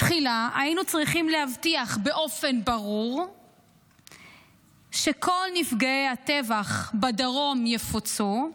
תחילה היינו צריכים להבטיח באופן ברור שכל נפגעי הטבח בדרום יפוצה,